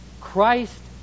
Christ